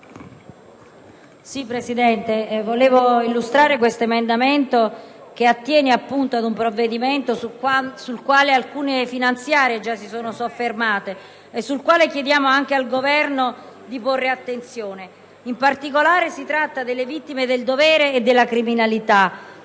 Presidente, volevo illustrare l'emendamento 2.367 che attiene ad un provvedimento sul quale alcune finanziarie si sono già soffermate e sul quale chiediamo anche al Governo di porre attenzione. In particolare, si tratta delle vittime del dovere e della criminalità.